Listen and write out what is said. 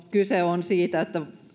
kyse on siitä että